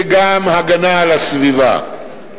וגם הגנה על הסביבה.